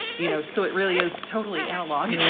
you know, so it really is totally analog. yeah